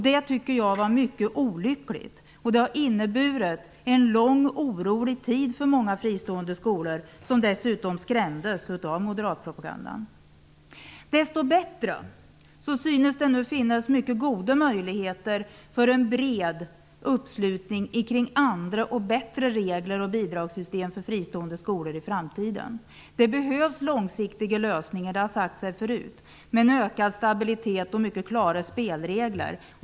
Det var mycket olyckligt, och det har inneburit en lång orolig tid för många fristående skolor som dessutom skrämdes av moderatpropagandan. Desto bättre synes det nu finnas mycket goda möjligheter för en bred uppslutning kring andra och bättre regler och bidragssystem för fristående skolor i framtiden. Det behövs långsiktiga lösningar, ökad stabilitet och mycket klara spelregler.